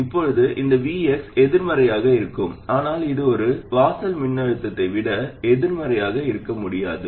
இப்போது இந்த Vx எதிர்மறையாக இருக்கலாம் ஆனால் இது ஒரு வாசல் மின்னழுத்தத்தை விட எதிர்மறையாக இருக்க முடியாது